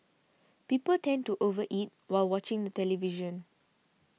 people tend to over eat while watching the television